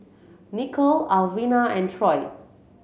Nicole Alvina and Troy